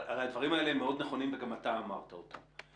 הרי הדברים האלה הם מאוד נכונים וגם אתה אמרת אותם.